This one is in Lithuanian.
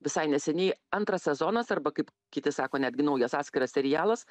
visai neseniai antras sezonas arba kaip kiti sako netgi naujas atskiras serialas